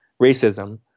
racism